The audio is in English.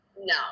No